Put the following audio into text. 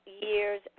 years